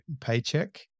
paycheck